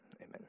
Amen